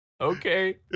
Okay